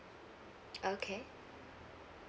okay